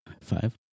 Five